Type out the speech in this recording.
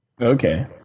okay